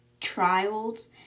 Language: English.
trials